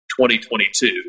2022